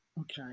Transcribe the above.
Okay